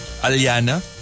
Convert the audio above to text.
Aliana